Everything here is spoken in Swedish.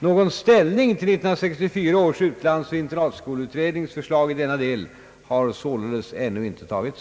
Någon ställning till 1964 års utlandsoch internatskolutrednings förslag i denna del har således ännu inte tagits.